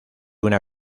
una